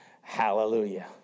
Hallelujah